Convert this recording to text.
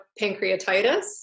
pancreatitis